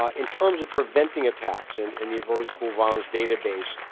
ah in terms of preventing attacks, and in the averted school violence database,